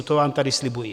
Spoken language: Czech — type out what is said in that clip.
To vám tady slibuji.